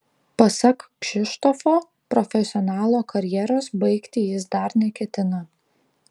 pasak kšištofo profesionalo karjeros baigti jis dar neketina